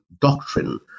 doctrine